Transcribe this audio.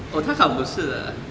oh 他考口试的啊